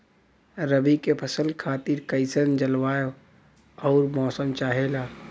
रबी क फसल खातिर कइसन जलवाय अउर मौसम चाहेला?